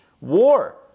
war